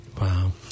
Wow